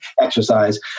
exercise